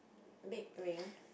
big ring